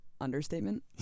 Understatement